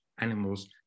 animals